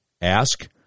ask